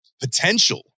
potential